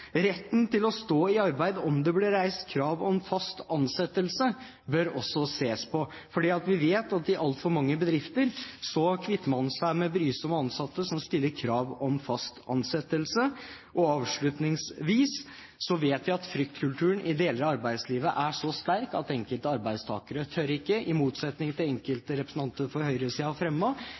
Retten til å stå i arbeid om det blir reist krav om fast ansettelse, bør også ses på, for vi vet at i altfor mange bedrifter kvitter man seg med brysomme ansatte som stiller krav om fast ansettelse. Avslutningsvis: Vi vet at fryktkulturen i deler av arbeidslivet er så sterk at enkelte arbeidstakere – i motsetning til det enkelte representanter fra høyresiden har